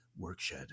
Workshed